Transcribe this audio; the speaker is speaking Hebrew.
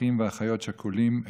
אחים ואחיות שכולים,